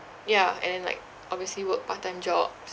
ya and then like obviously work part time jobs